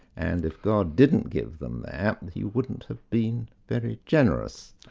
and if god didn't give them that, he wouldn't have been very generous.